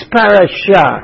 parasha